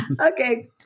Okay